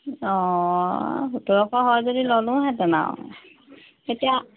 অঁ সোতৰশ হয় যদি ল'লোহেঁতেন আৰু এতিয়া